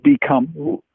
become